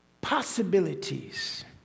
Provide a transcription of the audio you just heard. possibilities